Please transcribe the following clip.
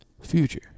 Future